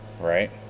right